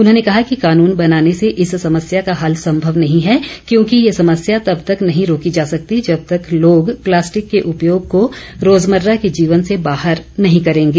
उन्होंने कहा कि कानून बनाने से इस समस्या का हल संभव नहीं हैं क्योंकि ये समस्या तब तक नहीं रोकी जा सकती जब तक लोग प्लास्टिक के उपयोग को रोजमर्रा के जीवन से बाहर नहीं करेंगे